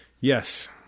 Yes